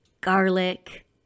garlic